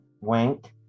Wink